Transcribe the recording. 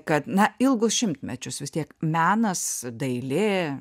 kad na ilgus šimtmečius vis tiek menas dailė